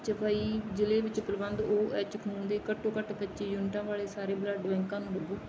ਚੰਫਾਈ ਜ਼ਿਲੇ ਵਿੱਚ ਉਪਲਬਧ ਔ ਐੱਚ ਖੂਨ ਦੇ ਘੱਟੋ ਘੱਟ ਪੱਚੀ ਯੂਨਿਟਾਂ ਵਾਲੇ ਸਾਰੇ ਬਲੱਡ ਬੈਂਕਾਂ ਨੂੰ ਲੱਭੋ